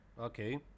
okay